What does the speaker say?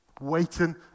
waiting